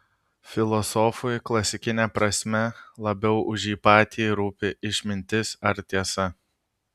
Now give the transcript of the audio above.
filosofui klasikine prasme labiau už jį patį rūpi išmintis ar tiesa